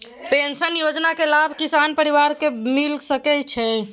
Pension योजना के लाभ किसान परिवार के मिल सके छिए?